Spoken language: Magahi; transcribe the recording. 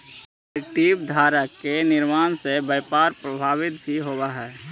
इक्विटी धारक के निर्णय से व्यापार प्रभावित भी होवऽ हइ